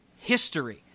history